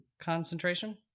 concentration